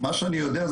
מה שאני יודע,